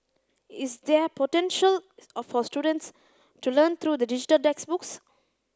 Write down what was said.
is there potential of our students to learn through digital textbooks